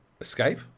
escape